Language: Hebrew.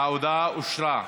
ההודעה אושרה.